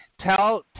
tell